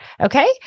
Okay